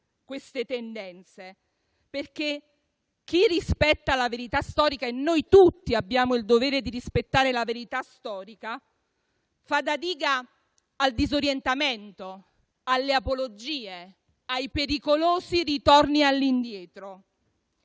Presidente, perché chi rispetta la verità storica - e noi tutti abbiamo il dovere di rispettarla - fa da diga al disorientamento, alle apologie, ai pericolosi ritorni all'indietro.